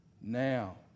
Now